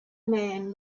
man